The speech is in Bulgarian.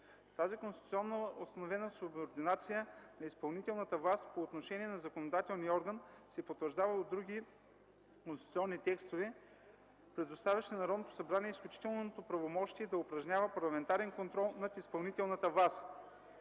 Тази конституционно установена субординация на изпълнителната власт по отношение на законодателния орган се потвърждава и от други конституционни текстове, предоставящи на Народното събрание изключителното правомощие да упражнява парламентарен контрол над изпълнителната власт.